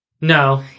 No